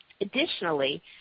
Additionally